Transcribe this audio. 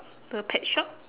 the pet shop